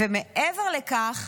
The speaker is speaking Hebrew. ומעבר לכך,